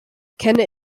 kenne